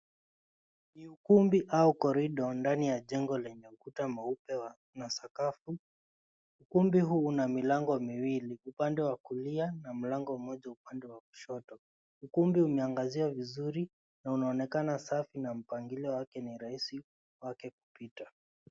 Ni ukumbi au korido ndani ya jengo lenye ukuta mweupe na sakafu, ukumbi huu ina milango miwili upande wa kulia na mlango moja upande wa kushoto. Ukumbi umeangazia vizuri na unaonekana safi na mpangilio wake ni rahisi kwake kupita.